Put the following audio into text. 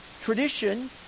tradition